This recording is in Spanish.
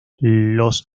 los